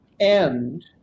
end